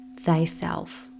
thyself